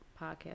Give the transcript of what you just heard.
podcast